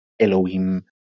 Elohim